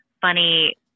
funny